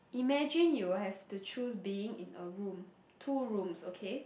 imagine you have to choose being in a room two rooms okay